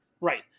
right